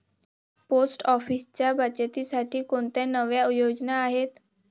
Post ऑफिसच्या बचतीसाठी कोणत्या नव्या योजना आहेत?